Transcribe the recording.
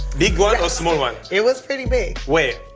big one or small one? it was pretty big. where?